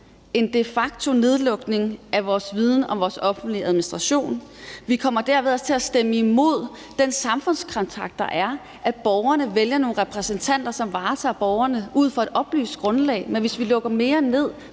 en de facto-nedlukning af vores viden om vores offentlige administration. Vi kommer derved også til at stemme imod den samfundskontrakt, der er i, at borgerne vælger nogle repræsentanter, som varetager deres interesser ud fra et oplyst grundlag. Men hvis vi lukker ned